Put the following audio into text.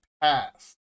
past